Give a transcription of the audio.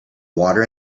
water